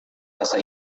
bahasa